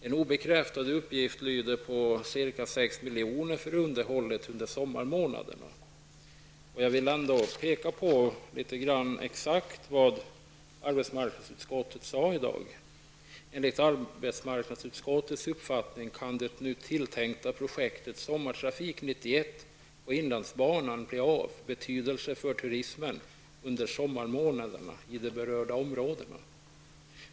En obekräftad uppgift lyder på ca 6 milj.kr. för underhållet under sommarmånaderna. Jag vill ändå peka på vad arbetsmarknadsutskottet har sagt: ''Enligt arbetsmarknadsutskottets uppfattning kan det nu tilltänkta projektet sommartrafik 91 på inlandsbanan bli av betydelse för turismen under sommarmånaderna i de berörda områdena.''